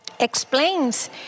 explains